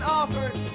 offered